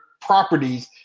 properties